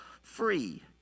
free